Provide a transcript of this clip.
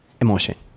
emotion